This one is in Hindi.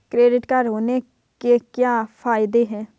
क्रेडिट कार्ड होने के क्या फायदे हैं?